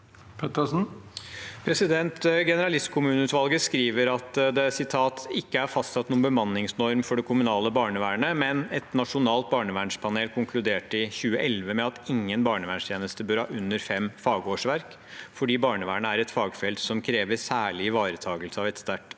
Generalistkommu- neutvalget skriver: «Det er ikke fastsatt noen bemanningsnorm for det kommunale barnevernet, men et nasjonalt barnevernspanel konkluderte i 2011 med at ingen barnevernstjeneste bør ha under 5 fagårsverk, fordi barnevernet er et fagfelt som krever særlig ivaretakelse av et sterkt fagmiljø.»